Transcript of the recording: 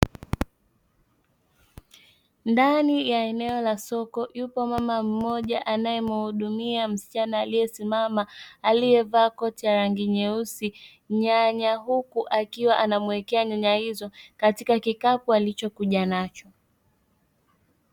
Ndani ya eneo la soko yuko mama mmoja anayemhudumia msichana aliyesimama, aliyevaa koti rangi nyeusi. Nyanya huku akiwa anamwekea nyanya hizo katika kikapu alichokuja nacho.